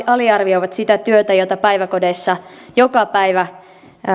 aliarvioivat sitä työtä jota päiväkodeissa joka päivä